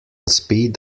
speed